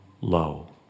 low